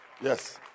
Yes